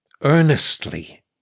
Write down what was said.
Earnestly